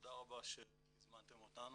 תודה רבה שהזמנתם אותנו,